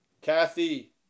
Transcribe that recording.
Kathy